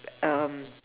um